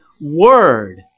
word